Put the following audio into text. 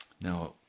Now